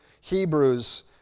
Hebrews